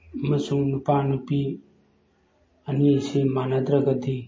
ꯑꯃꯁꯨꯡ ꯅꯨꯄꯥ ꯅꯨꯄꯤ ꯑꯅꯤꯁꯤ ꯃꯥꯟꯅꯗ꯭ꯔꯒꯗꯤ